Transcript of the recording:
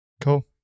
Cool